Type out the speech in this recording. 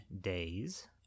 days